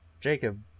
Jacob